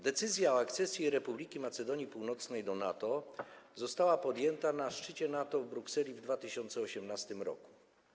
Decyzja o akcesji Republiki Macedonii Północnej do NATO została podjęta na szczycie NATO w Brukseli w 2018 r.